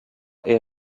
est